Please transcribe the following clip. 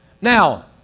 Now